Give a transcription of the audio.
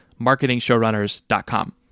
MarketingShowrunners.com